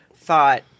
thought